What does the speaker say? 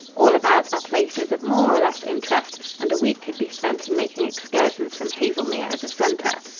all about are places of more or less interest and a week could be spent in making excursions from haselmere as a center.